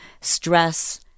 stress